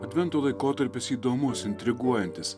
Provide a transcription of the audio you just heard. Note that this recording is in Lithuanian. advento laikotarpis įdomus intriguojantis